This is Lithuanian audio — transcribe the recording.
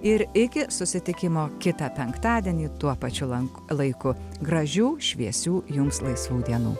ir iki susitikimo kitą penktadienį tuo pačiu lanku laiku gražių šviesių jums laisvų dienų